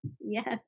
Yes